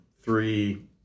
three